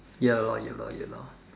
ya lor ya lor ya lor